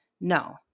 No